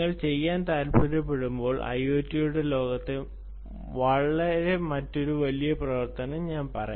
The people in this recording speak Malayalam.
നിങ്ങൾ ചെയ്യാൻ താൽപ്പര്യപ്പെടുമ്പോൾ IoTയുടെ ലോകത്തിലെ മറ്റൊരു വലിയ പ്രവർത്തനം ഞാൻ പറയും